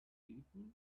beautiful